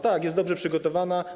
Tak, jest dobrze przygotowana.